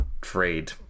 trade